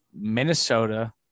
Minnesota